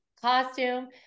costume